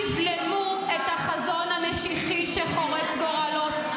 תבלמו את החזון המשיחי שחורץ גורלות.